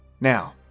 Now